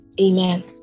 Amen